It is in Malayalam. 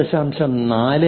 5 2